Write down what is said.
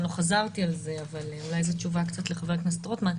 לא חזרתי על זה אבל אולי זו תשובה קצת לחבר הכנסת רוטמן,